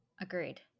Agreed